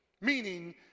meaning